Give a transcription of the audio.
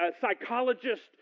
psychologist